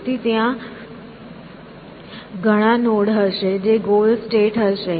તેથી ત્યાં ઘણા નોડ હશે જે ગોલ સ્ટેટ હશે